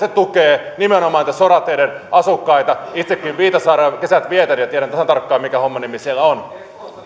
vyöhykemalli tukee nimenomaan niitä sorateiden asukkaita itsekin viitasaarella kesät vietän ja tiedän tasan tarkkaan mikä homman nimi siellä on